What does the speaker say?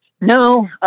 No